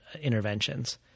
interventions